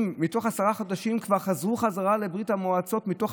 חודשים כבר חזרו חזרה 15,000 אנשים מתוך